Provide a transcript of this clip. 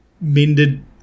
mended